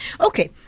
Okay